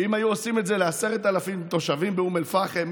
שאם היו עושים את זה ל-10,000 תושבים באום אל-פחם,